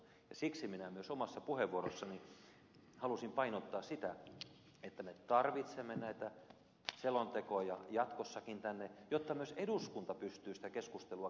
siksi minä myös omassa puheenvuorossani halusin painottaa sitä että me tarvitsemme näitä selontekoja jatkossakin tänne jotta myös eduskunta pystyy sitä keskustelua käymään